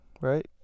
right